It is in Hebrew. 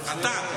אתה.